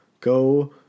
go